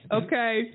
okay